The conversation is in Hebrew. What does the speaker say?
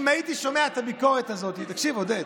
אם הייתי שומע את הביקורת הזאת, תקשיב, עודד